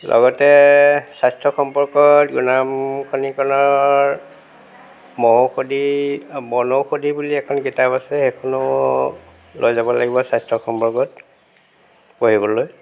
লগতে স্বাস্থ্য সম্পৰ্কত গুণাৰাম খনিকৰৰ মহৌষধি বনৌষধি বুলি এখন কিতাপ আছে সেইখনো লৈ যাব লাগিব স্বাস্থ্য সম্পৰ্কত পঢ়িবলৈ